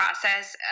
process